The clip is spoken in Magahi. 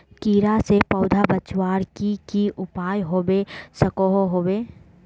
कीड़ा से पौधा बचवार की की उपाय होबे सकोहो होबे?